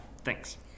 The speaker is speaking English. Thanks